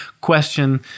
question